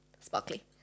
sparkly